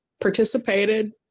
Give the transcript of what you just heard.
participated